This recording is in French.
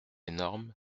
énorme